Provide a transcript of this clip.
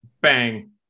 bang